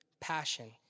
passion